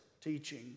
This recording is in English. teaching